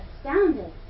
astounded